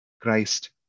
Christ